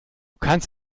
kannst